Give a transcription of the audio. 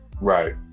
Right